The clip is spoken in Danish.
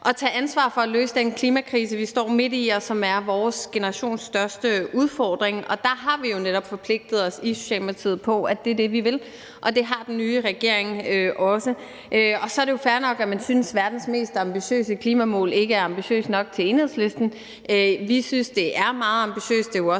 at tage ansvar for at løse den klimakrise, vi står midt i, og som er vores generations største udfordring. Og der har vi jo netop forpligtet os i Socialdemokratiet på, at det er det, vi vil, og det har den nye regering også. Så er det jo fair nok, at man synes, at verdens mest ambitiøse klimamål ikke er ambitiøst nok til Enhedslisten. Vi synes, det er meget ambitiøst,